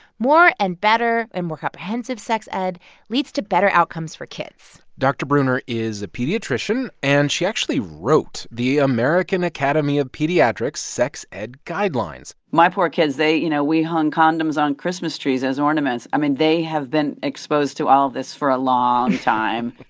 more and better and more comprehensive sex ed leads to better outcomes for kids dr. breuner is a pediatrician, and she actually wrote the american academy of pediatrics' sex ed guidelines my poor kids, they you know, we hung condoms on christmas trees as ornaments. i mean, they have been exposed to all this for a long time